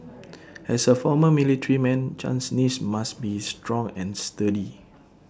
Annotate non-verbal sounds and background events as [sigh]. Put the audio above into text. [noise] as A former military man Chan's knees must be strong and sturdy